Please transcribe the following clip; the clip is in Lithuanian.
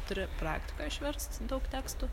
turi praktikoj išverst daug tekstų